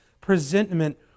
presentment